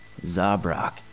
Zabrak